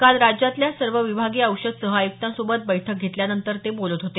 काल राज्यातल्या सर्व विभागीय औषध सहआय्क्तांसोबत बैठक घेतल्यानंतर ते बोलत होते